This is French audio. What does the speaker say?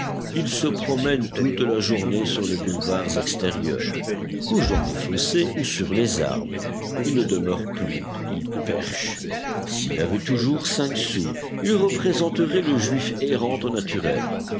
il se promène toute la journée sur les boulevards extérieurs couche dans les fossés ou sur les arbres il ne demeure plus il perche s'il avait toujours cinq sous il représenterait le juif errant au naturel